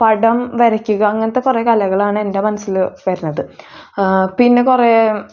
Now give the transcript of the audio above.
പടം വരയ്ക്കുക അങ്ങനത്തെ കുറെ കലകളാണ് എൻ്റെ മനസ്സിൽ വരുന്നത് പിന്നെ കുറെ